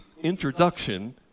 introduction